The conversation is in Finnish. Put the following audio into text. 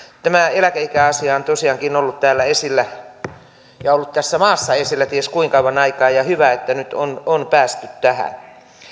tämä eläkeikäasia on tosiaankin ollut täällä esillä ja ollut tässä maassa esillä ties kuinka kauan aikaa ja hyvä että nyt on päästy tähän